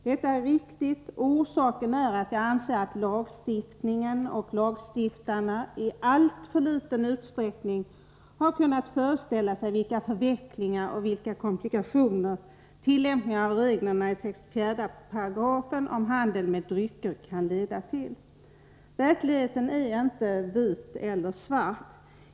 Detta är riktigt, och orsaken är att jag anser att lagstiftarna i alltför liten utsträckning har kunnat föreställa sig vilka förvecklingar och vilka komplikationer tillämpningen av reglerna i 64 § i lagen om handel med drycker kan leda till. Verkligheten är inte antingen vit eller svart.